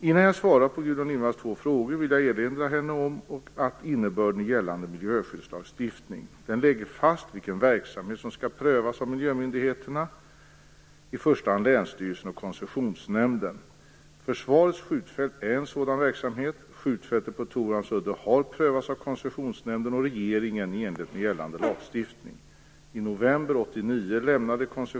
Innan jag svarar på Gudrun Lindvalls två frågor vill jag erinra henne om innebörden i gällande miljöskyddslagstiftning. Den lägger fast vilken verksamhet som skall prövas av miljömyndigheterna, i första hand länsstyrelsen och Koncessionsnämnden. Försvarets skjutfält är en sådan verksamhet. Skjutfältet på Torhamns udde har prövats av Koncessionsnämnden och regeringen i enlighet med gällande lagstiftning.